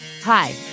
Hi